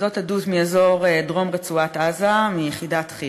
זאת עדות מאזור דרום רצועת-עזה מיחידת חי"ר.